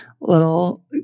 little